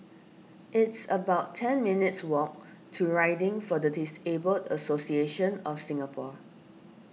it's about ten minutes' walk to Riding for the Disabled Association of Singapore